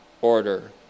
order